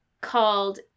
called